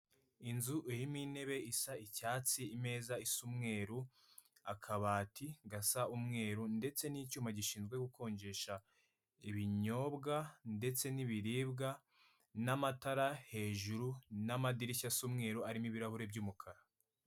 Inzu irimo intebe isa icyatsi, imeza isa umweru, akabati gasa umweru ndetse n'icyuma gishinzwe gukonjesha ibinyobwa ndetse n'ibiribwa n'amatara hejuru n'amadirishya asa umweru arimo ibirahuri by'umukara.